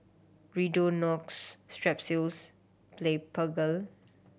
Redonox Strepsils Blephagel